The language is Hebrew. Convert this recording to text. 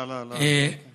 לא, לא, לא.